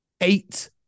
eight